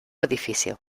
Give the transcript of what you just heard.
edificio